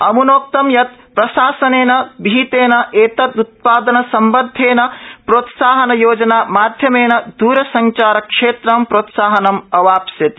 अमुनोक्तं यत् प्रशासनेन विहितेन एतदृत् दनसम्बद्धन प्रोत्साहनयोजनामाध्यमेन द्रसंचारक्षेत्रं प्रोत्साहनं अवाप्स्यति